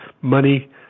money